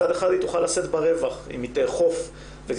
מצד אחד היא יכולה לשאת ברווח אם היא תאכוף ותדאג